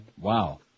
Wow